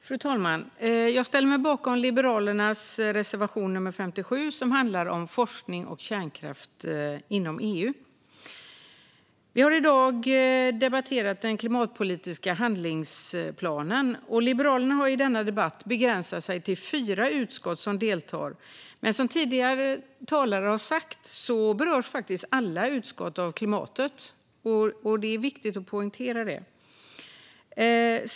Fru talman! Jag ställer mig bakom Liberalernas reservation nr 57, som handlar om forskning och kärnkraft inom EU. Vi har i dag debatterat den klimatpolitiska handlingsplanen. Liberalerna har i denna debatt begränsat sig till fyra utskott som deltar, men som tidigare talare sagt berörs faktiskt alla utskott av klimatet. Det är viktigt att poängtera det.